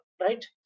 right